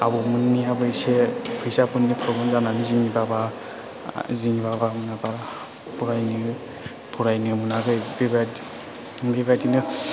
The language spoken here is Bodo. आबौमोननियाबो एसे फैसाफोरनि प्रब्लेम जानानै जोंनि बाबा जोंनि बाबामोनहा बारा फरायनो फरायनो मोनाखै बेबादि बेबादिनो